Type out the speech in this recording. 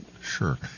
Sure